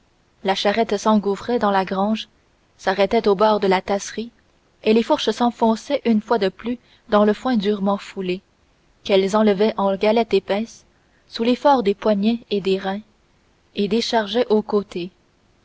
la charrette s'engouffrait dans la grange s'arrêtait au bord de la tasserie et les fourches s'enfonçaient une fois de plus dans le foin durement foulé qu'elles enlevaient en galettes épaisses sous l'effort des poignets et des reins et déchargeaient au côté